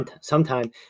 Sometime